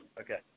Okay